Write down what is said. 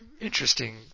interesting